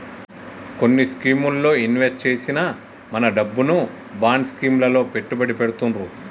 కొన్ని స్కీముల్లో ఇన్వెస్ట్ చేసిన మన డబ్బును బాండ్ స్కీం లలో పెట్టుబడి పెడతుర్రు